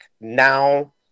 now